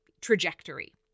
trajectory